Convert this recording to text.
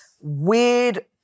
weird